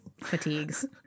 fatigues